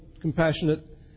compassionate